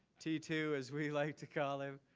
t two, as we like to call him,